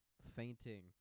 fainting